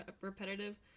repetitive